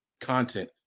content